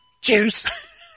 juice